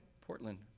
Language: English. Portland